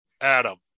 Adam